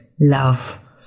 love